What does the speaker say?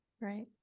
right